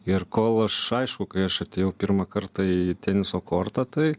ir kol aš aišku kai aš atėjau pirmą kartą į teniso kortą tai